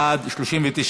מכס ובלו (שינוי התעריף) (תיקון,